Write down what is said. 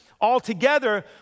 Altogether